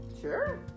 Sure